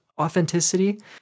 authenticity